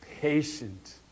Patient